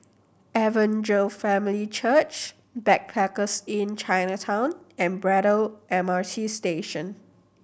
Evangel Family Church Backpackers Inn Chinatown and Braddell M R T Station